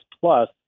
plus